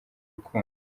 rukundo